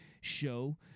show